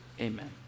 Amen